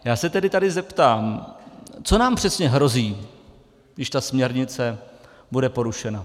Já se tady tedy zeptám, co nám přesně hrozí, když ta směrnice bude porušena.